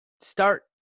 start